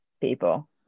people